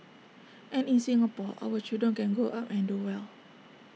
and in Singapore our children can grow up and do well